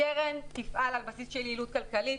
הקרן תפעל על בסיס של יעילות כלכלית.